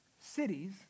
cities